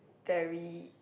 very